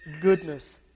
goodness